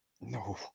No